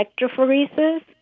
electrophoresis